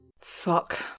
Fuck